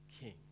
king